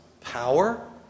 power